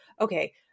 okay